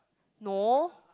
no